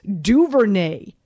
Duvernay